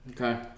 Okay